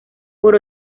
por